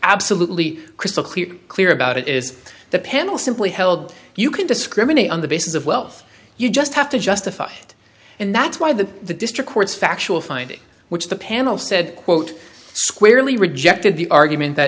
absolutely crystal clear clear about it is the panel simply held you can discriminate on the basis of wealth you just have to justify it and that's why the the district courts factual findings which the panel said quote squarely rejected the argument that